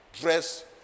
dress